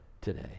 today